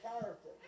character